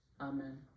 Amen